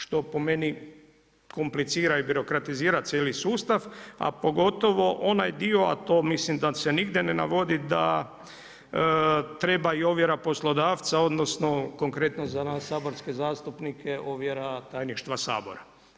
Što po meni komplicira i birokratizira cijeli sustav, a pogotovo, onaj dio, a to mislim da se nigdje ne navodi, da treba i ovjera poslodavca, odnosno, konkretno za nas saborske zastupnike, ovjera tajništva sabora.